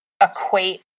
equate